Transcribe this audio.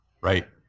Right